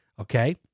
okay